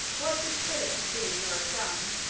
what would philip have been or have done,